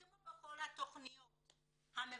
כמו בכל התכניות המבדלות,